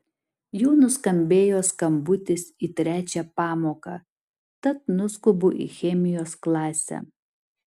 jau nuskambėjo skambutis į trečią pamoką tad nuskubu į chemijos klasę